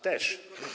Też.